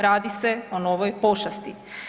Radi se o novoj pošasti.